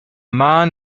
man